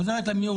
היא עוזרת למיעוט.